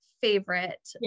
favorite